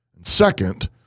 Second